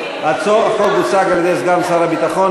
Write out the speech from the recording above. החוק הוצג על-ידי סגן שר הביטחון,